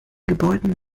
gebäuden